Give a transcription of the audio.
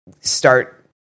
start